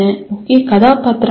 முக்கிய கதாபாத்திரம் யார்